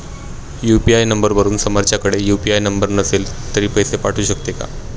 UPI नंबरवरून समोरच्याकडे UPI number नसेल तरी पैसे पाठवू शकते का?